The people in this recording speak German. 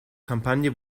kampagne